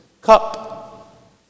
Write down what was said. cup